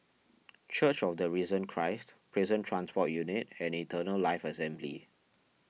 Church of the Risen Christ Prison Transport Unit and Eternal Life Assembly